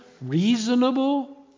reasonable